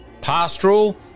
Pastoral